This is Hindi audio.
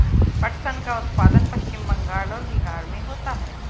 पटसन का उत्पादन पश्चिम बंगाल और बिहार में होता है